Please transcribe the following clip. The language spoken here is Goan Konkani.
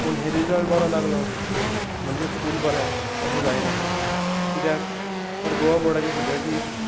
पूण हे रिजल्ट बरो लागलो म्हणजे स्कूल बरें अशें जायना कित्याक तर गोवा बोर्डा सुद्दां जी